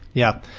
yeah,